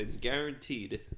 Guaranteed